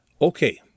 Okay